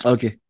Okay